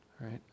right